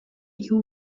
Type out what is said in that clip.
you